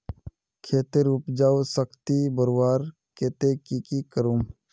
खेतेर उपजाऊ शक्ति बढ़वार केते की की करूम?